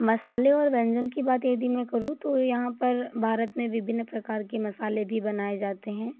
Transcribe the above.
मसालों और व्यंजन की बात यदि मैं करूँ तो यहाँ पर भारत मे विभिन्न प्रकार के मसाले भी बनाए जाते हैं